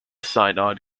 synod